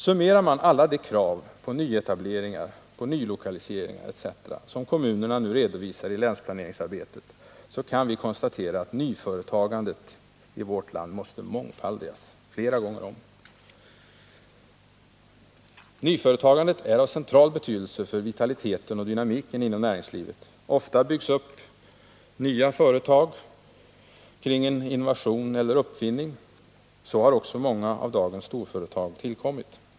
Summerar vi alla de krav på nyetableringar, nylokaliseringar etc. som kommunerna redovisar i länsplaneringsarbetet, kan vi konstatera att nyföretagandet i vårt land måste mångfaldigas. Nyföretagande' är av central betydelse för vitaliteten och dynamiken inom näringslivet. Of: + byggs nya företag upp kring en innovation eller uppfinning. Så har också många av dagens storföretag tillkommit.